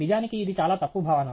నిజానికి ఇది చాలా తప్పు భావన